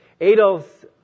Adolf's